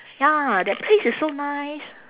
ya that place is so nice